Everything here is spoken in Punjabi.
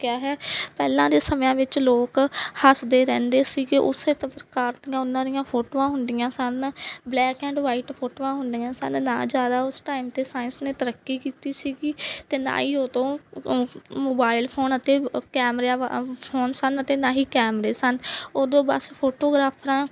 ਹੈ ਪਹਿਲਾਂ ਦੇ ਸਮਿਆਂ ਵਿੱਚ ਲੋਕ ਹੱਸਦੇ ਰਹਿੰਦੇ ਸੀਗੇ ਉਸੇ ਤ ਪ੍ਰਕਾਰ ਦੀਆਂ ਉਹਨਾਂ ਦੀਆਂ ਫੋਟੋਆਂ ਹੁੰਦੀਆਂ ਸਨ ਬਲੈਕ ਐਂਡ ਵਾਈਟ ਫੋਟੋਆਂ ਹੁੰਦੀਆਂ ਸਨ ਨਾ ਜ਼ਿਆਦਾ ਉਸ ਟਾਈਮ 'ਤੇ ਸਾਇੰਸ ਨੇ ਤਰੱਕੀ ਕੀਤੀ ਸੀਗੀ ਅਤੇ ਨਾ ਹੀ ਉਦੋਂ ਮੋਬਾਇਲ ਫੋਨ ਅਤੇ ਕੈਮਰਿਆ ਵਾਲੇ ਫੋਨ ਸਨ ਅਤੇ ਨਾ ਹੀ ਕੈਮਰੇ ਸਨ ਉਦੋਂ ਬਸ ਫੋਟੋਗਰਾਫਰਾਂ